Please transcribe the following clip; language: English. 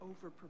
Over